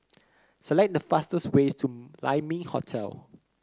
select the fastest way to Lai Ming Hotel